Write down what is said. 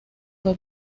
fue